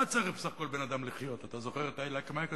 "מה צריך בסך הכול בן-אדם בשביל לחיות?" אתה זוכר את "איי לייק מייק",